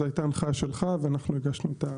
זו הייתה הנחיה שלך ואנחנו הגשנו.